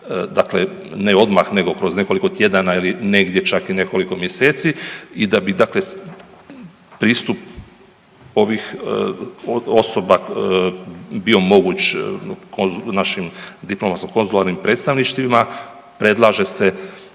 dakle ne odmah nego kroz nekoliko tjedana ili negdje čak i nekoliko mjeseci i da bi dakle pristup ovih osoba bio moguć našim diplomatsko-konzularnim predstavništvima, predlaže se